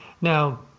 Now